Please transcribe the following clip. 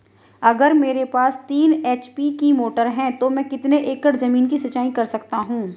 अगर मेरे पास तीन एच.पी की मोटर है तो मैं कितने एकड़ ज़मीन की सिंचाई कर सकता हूँ?